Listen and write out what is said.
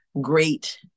great